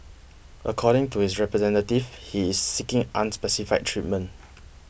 according to his representatives he is seeking unspecified treatment